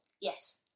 Yes